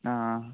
ആ ആ